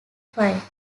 five